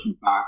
back